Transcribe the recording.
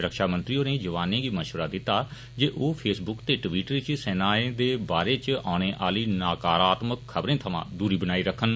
रक्षा मंत्री होरें जवानें गी मशवरा दिता जे आोह फेसबुक ते टवीटर इच सेनाए दे बारै इच औने आह्ली नकारात्क ख्बरें थमां दूरी बनाई रखन